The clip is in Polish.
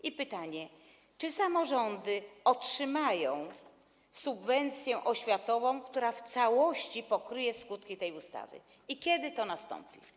I pytanie: Czy samorządy otrzymają subwencję oświatową, która w całości pokryje skutki tej ustawy, i kiedy to nastąpi?